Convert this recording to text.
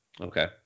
Okay